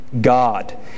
God